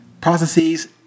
processes